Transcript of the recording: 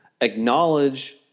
acknowledge